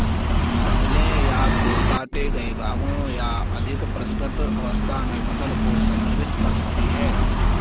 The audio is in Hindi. फसलें या तो काटे गए भागों या अधिक परिष्कृत अवस्था में फसल को संदर्भित कर सकती हैं